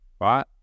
right